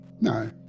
no